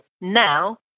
now